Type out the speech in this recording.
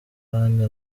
kandi